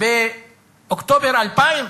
באוקטובר 2000,